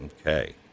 Okay